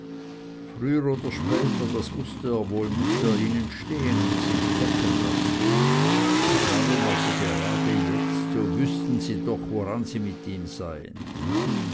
früher oder später das wußte er wohl mußte er ihnen stehen und sich fecken lassen darum also gerade jetzt so wüßten sie doch woran sie mit ihm seien